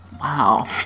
wow